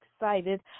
excited